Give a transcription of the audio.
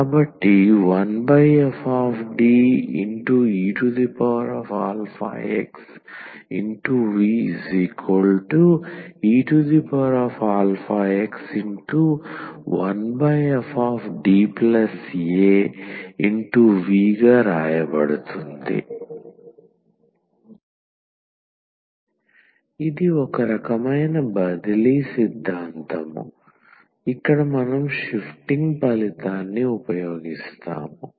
కాబట్టి 1fDeaxVeax1fDaV ఇది ఒక రకమైన షిఫ్టింగ్ సిద్ధాంతం ఇక్కడ మనం షిఫ్టింగ్ ఫలితాన్ని ఉపయోగిస్తాము